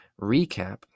recap